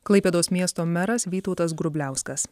klaipėdos miesto meras vytautas grubliauskas